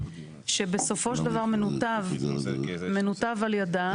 שבסופו של דבר מנותב על ידה,